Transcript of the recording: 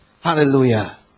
Hallelujah